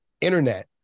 Internet